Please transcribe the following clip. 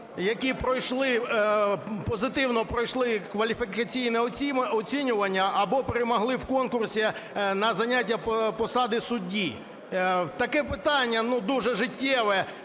позитивно пройшли кваліфікаційне оцінювання або перемогли в конкурсі на заняття посади судді. Таке питання, ну, дуже життєве,